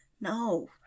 no